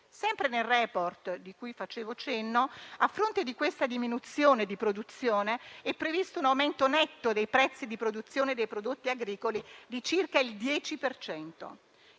Sempre nel *report* di cui facevo cenno, a fronte di questa diminuzione di produzione è previsto un aumento netto dei prezzi di produzione dei prodotti agricoli di circa il 10